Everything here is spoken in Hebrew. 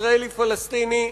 ישראלי פלסטיני,